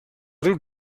riu